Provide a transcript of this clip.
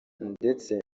ndetse